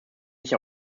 sich